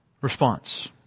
response